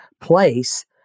place